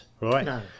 right